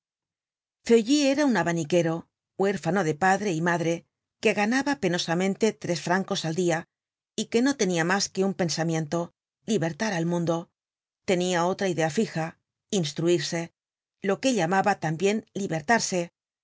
feuilly era un abaniquero huérfano de padre y madre que ganaba penosamente tres francos al dia y que no tenia mas que un pensamiento libertar al mundo tenia otra idea fija instruirse lo que llamaba tambien libertarse